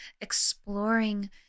exploring